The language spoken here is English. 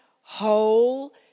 whole